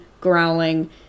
growling